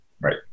Right